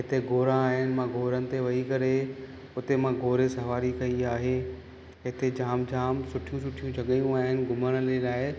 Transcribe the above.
हिते घोड़ा आहिनि मां घोड़नि ते वेही करे हुते मां घुड़ सवारी कई आहे इते जाम जाम सुठियूं सुठियूं जॻहियूं आहिनि घुमण जे लाइ